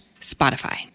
Spotify